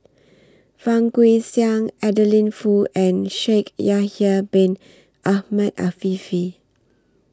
Fang Guixiang Adeline Foo and Shaikh Yahya Bin Ahmed Afifi